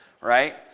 right